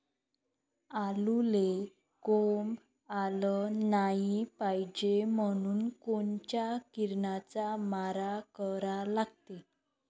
आलूले कोंब आलं नाई पायजे म्हनून कोनच्या किरनाचा मारा करा लागते?